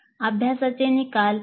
अभ्यासाचे निकाल ta